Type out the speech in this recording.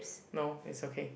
no it's okay